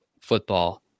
football